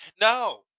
No